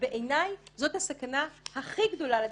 ובעיניי זאת הסכנה הכי גדולה לדמוקרטיה,